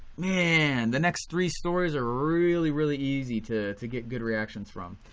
man the next three stories are really really easy to to get good reactions from.